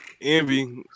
envy